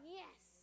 yes